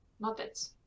Muppets